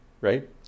right